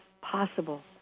possible